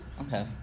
Okay